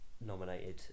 nominated